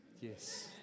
Yes